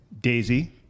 Daisy